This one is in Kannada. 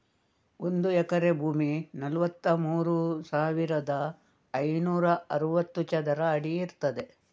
ಒಂದು ಎಕರೆ ಭೂಮಿ ನಲವತ್ತಮೂರು ಸಾವಿರದ ಐನೂರ ಅರವತ್ತು ಚದರ ಅಡಿ ಇರ್ತದೆ